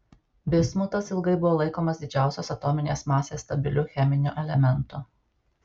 bismutas ilgai buvo laikomas didžiausios atominės masės stabiliu cheminiu elementu